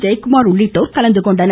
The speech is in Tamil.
ஜெயக்குமார் உள்ளிட்டோர் கலந்து கொண்டனர்